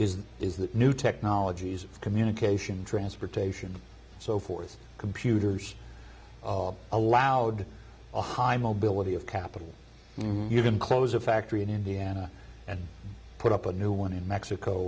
that is that new technologies communication transportation so forth computers allowed a high mobility of capital you can close a factory in indiana and put up a new one in mexico